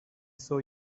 saw